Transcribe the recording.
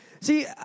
See